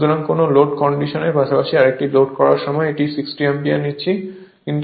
সুতরাং কোন লোড কন্ডিশনের পাশাপাশি আরেকটি লোড করার সময় এটি 60 অ্যাম্পিয়ার নিচ্ছে